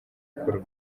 gukora